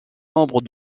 membre